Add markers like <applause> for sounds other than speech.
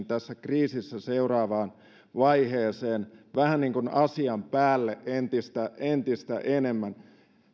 <unintelligible> tässä kriisissä seuraavaan vaiheeseen vähän niin kuin asian päälle entistä entistä enemmän